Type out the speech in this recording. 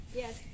yes